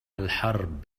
الحرب